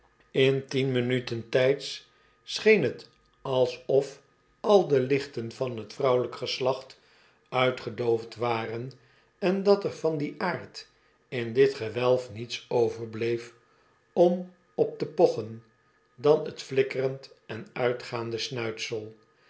in tien minuten tijds scheen t alsof al de lichten van t vrouwelijk geslacht uitgedoofd waren en dat er van dien aard in dit gewelf niets overbleef om op te pochen dan t flikkerend en uitgaande snuitsel